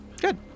Good